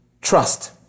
Trust